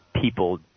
people